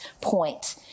point